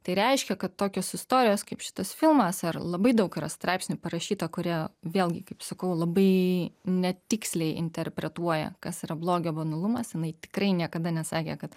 tai reiškia kad tokios istorijos kaip šitas filmas ar labai daug yra straipsnių parašyta kurie vėlgi kaip sakau labai netiksliai interpretuoja kas yra blogio banalumas jinai tikrai niekada nesakė kad